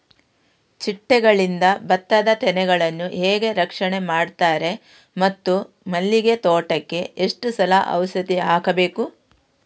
ಚಿಟ್ಟೆಗಳಿಂದ ಭತ್ತದ ತೆನೆಗಳನ್ನು ಹೇಗೆ ರಕ್ಷಣೆ ಮಾಡುತ್ತಾರೆ ಮತ್ತು ಮಲ್ಲಿಗೆ ತೋಟಕ್ಕೆ ಎಷ್ಟು ಸಲ ಔಷಧಿ ಹಾಕಬೇಕು?